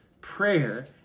prayer